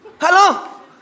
Hello